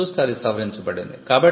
దాన్ని చూస్తే అది సవరించబడింది